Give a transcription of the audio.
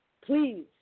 please